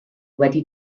wedi